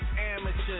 amateurs